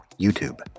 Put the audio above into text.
YouTube